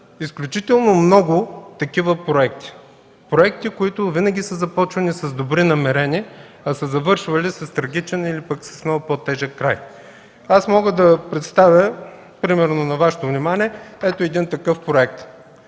изключително много такива проекти, които винаги са започвани с добри намерения, а са завършвали с трагичен или пък с много по-тежък край. Мога да представя на Вашето внимание примерно ето такъв проект